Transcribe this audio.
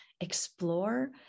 explore